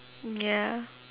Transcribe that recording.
ya